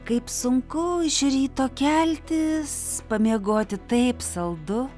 kaip sunku iš ryto keltis pamiegoti taip saldu